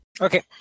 Okay